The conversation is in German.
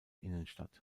innenstadt